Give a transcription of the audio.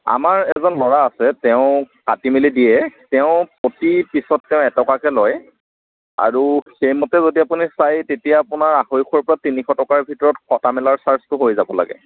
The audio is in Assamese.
আমাৰ এজন ল'ৰা আছে তেওঁ কাটি মেলি দিয়ে তেওঁ প্ৰতি পিছত তেওঁ এটকাকে লয় আৰু সেইমতে যদি আপুনি চাই তেতিয়া আপোনাৰ আঢ়ৈশ ৰ পৰা তিনিশ টকাৰ ভিতৰত কটা মেলাৰ চাৰ্জটো হৈ যাব লাগে